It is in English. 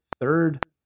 third